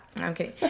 okay